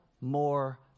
more